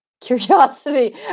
curiosity